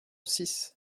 six